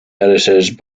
edited